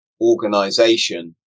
organization